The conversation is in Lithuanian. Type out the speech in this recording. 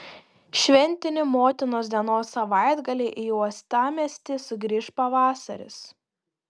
šventinį motinos dienos savaitgalį į uostamiestį sugrįš pavasaris